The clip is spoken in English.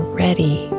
ready